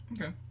Okay